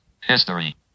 History